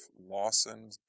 Lawson